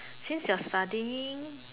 since you're studying